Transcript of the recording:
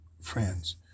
friends